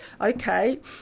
okay